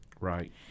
Right